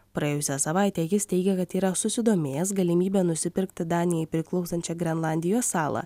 praėjusią savaitę jis teigė kad yra susidomėjęs galimybe nusipirkti danijai priklausančią grenlandijos salą